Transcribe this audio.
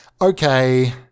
okay